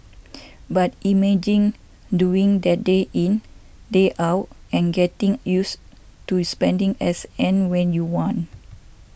but imagine doing that day in day out and getting used to spending as and when you want